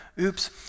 oops